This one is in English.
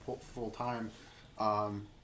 full-time